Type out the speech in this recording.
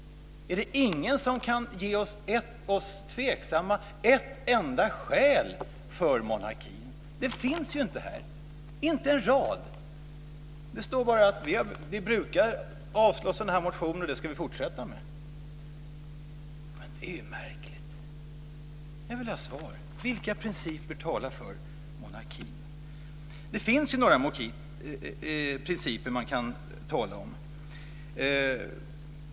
Är det ingen som kan ge oss tveksamma ett enda skäl för monarkin? Det finns inte här i betänkandet. Det står inte en rad. Det står bara: Vi brukar avstyrka sådana motioner, och det ska vi fortsätta med. Det är märkligt! Jag vill ha svar. Vilka principer talar för monarkin? Det finns några principer man kan tala om.